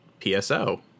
PSO